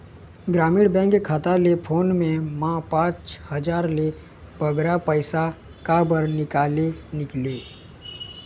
ग्रामीण बैंक के खाता ले फोन पे मा पांच हजार ले बगरा पैसा काबर निकाले निकले?